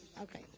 Okay